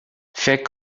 فکر